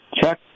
Chuck